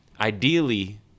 ideally